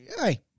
hey